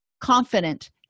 confident